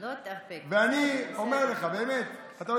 אני אומר לך, באמת, אתה יודע,